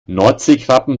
nordseekrabben